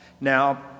Now